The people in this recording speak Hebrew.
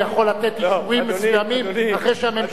שר הביטחון יכול לתת אישורים מסוימים אחרי שהממשלה מקבלת החלטות.